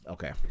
Okay